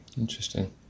Interesting